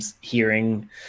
hearing